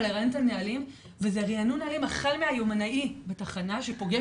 אבל לרענן את הנהלים וזה רענון נהלים החל מהיומנאי בתחנה שפוגש